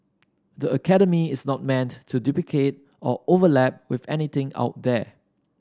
the academy is not meant to duplicate or overlap with anything out there